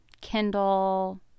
Kindle